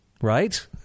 Right